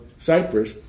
Cyprus